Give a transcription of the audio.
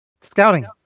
scouting